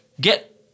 get